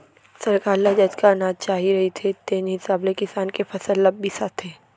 सरकार ल जतका अनाज चाही रहिथे तेन हिसाब ले किसान के फसल ल बिसाथे